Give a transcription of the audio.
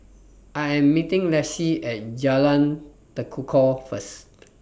I Am meeting Lexie At Jalan Tekukor First